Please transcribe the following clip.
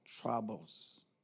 troubles